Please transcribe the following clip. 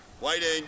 Waiting